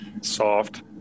Soft